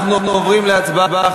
אנחנו נעבור לשר הדתות,